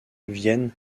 viennent